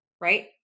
Right